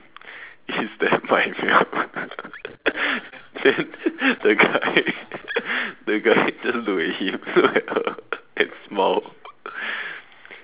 is that my milk then the guy the guy just looked at him looked at her and smiled